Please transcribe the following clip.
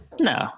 No